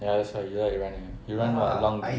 ya that's why you like running you run very long already